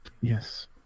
yes